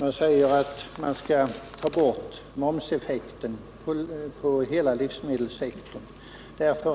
Här sägs att man bör ta bort momseffekten på hela livsmedelssektorn.